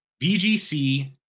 BGC